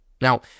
Now